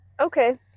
okay